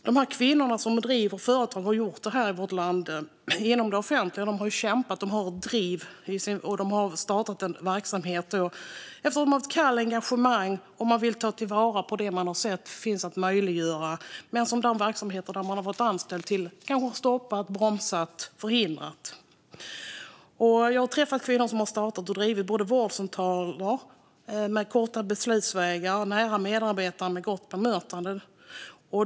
De kvinnor som driver företag och har gjort det här i vårt land inom det offentliga har kämpat och startat verksamheter, och de har ett driv, ett kall och ett engagemang. De vill ta vara på det som de har sett finns att utveckla men som de verksamheter där de har varit anställda kanske har stoppat, bromsat och förhindrat. Jag har träffat kvinnor som har startat och drivit vårdcentraler med korta beslutsvägar, nära medarbetare och gott bemötande.